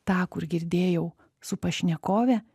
tą kur girdėjau su pašnekove